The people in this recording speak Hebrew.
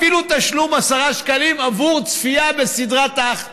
אפילו תשלום של 10 שקלים עבור צפייה בסדרת האח הגדול.